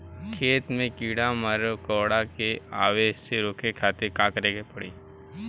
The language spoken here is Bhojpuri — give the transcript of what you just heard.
खेत मे कीड़ा मकोरा के आवे से रोके खातिर का करे के पड़ी?